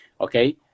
okay